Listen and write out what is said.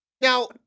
Now